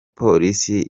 polisi